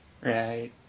Right